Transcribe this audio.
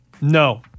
No